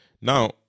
Now